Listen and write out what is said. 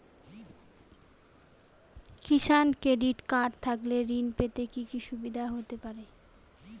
কিষান credit card থাকলে ঋণ পেতে কি কি সুবিধা হতে পারে?